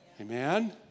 Amen